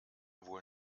wohl